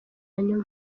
nyuma